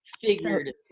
figuratively